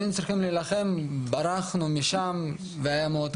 להילחם, ברחנו משם והיה מאוד קשה.